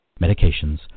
medications